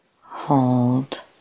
hold